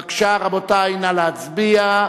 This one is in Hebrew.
בבקשה, רבותי, נא להצביע.